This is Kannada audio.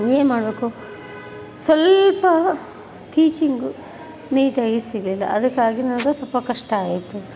ಏನುಮಾಡ್ಬೇಕು ಸ್ವಲ್ಪ ಟೀಚಿಂಗು ನೀಟಾಗಿ ಸಿಗಲಿಲ್ಲ ಅದಕ್ಕಾಗಿ ನನ್ಗೆ ಸ್ವಲ್ಪ ಕಷ್ಟ ಆಯಿತು